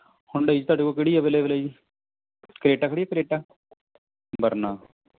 Hyundai 'ਚ ਤੁਹਾਡੇ ਕੋਲ ਕਿਹੜੀ ਅਵੈਲੇਬਲ ਹੈ ਜੀ ਕਰੇਟਾ ਖੜ੍ਹੀ ਹੈ ਕਰੇਟਾ ਵਰਨਾ